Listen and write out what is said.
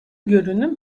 görünüm